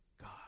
God